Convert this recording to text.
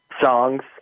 songs